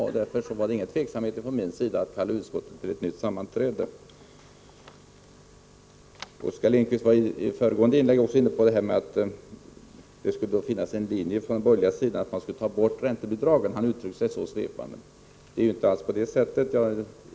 Det fanns därför ingen tveksamhet från min sida att kalla utskottet till ett nytt sammanträde. Oskar Lindkvist var i sitt föregående inlägg inne på att det skulle finnas en linje från de borgerligas sida om att ta bort räntebidragen. Han uttryckte sig så svepande. Det är ju inte alls på det sättet.